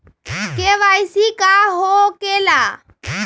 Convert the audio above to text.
KYC का हो के ला?